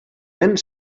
vent